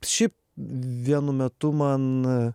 šiaip vienu metu man